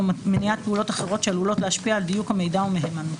או מניעת פעולות אחרות שעלולות להשפיע על דיוק המידע או מהימנותו,